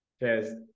Cheers